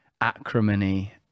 acrimony